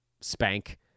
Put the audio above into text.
Spank